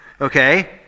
okay